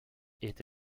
est